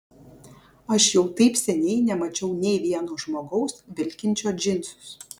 aš jau taip seniai nemačiau nei vieno žmogaus vilkinčio džinsus